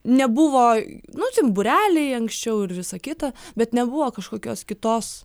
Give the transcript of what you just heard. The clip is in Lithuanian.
nebuvo nu ten būreliai anksčiau ir visa kita bet nebuvo kažkokios kitos